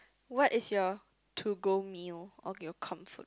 what is your to go meal or your comfort